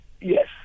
Yes